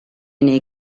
nei